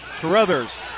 Carruthers